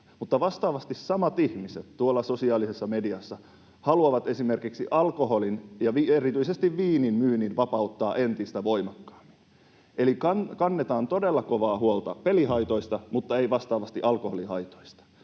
mutta vastaavasti samat ihmiset tuolla sosiaalisessa mediassa haluavat esimerkiksi alkoholin ja erityisesti viinin myynnin vapauttaa entistä voimakkaammin. Eli kannetaan todella kovaa huolta pelihaitoista mutta ei vastaavasti alkoholihaitoista.